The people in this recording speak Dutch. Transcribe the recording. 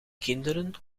kinderen